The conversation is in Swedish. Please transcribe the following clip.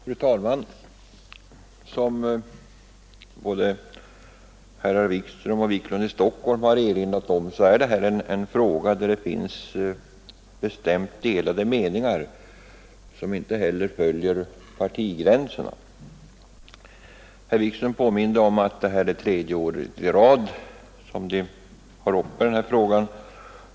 Fru talman! Som herrar Wikström och Wiklund i Stockholm erinrat om är detta en fråga där det finns bestämt delade meningar som inte heller följer partigränserna. Herr Wikström påminde om att detta är tredje året i rad som denna fråga är uppe.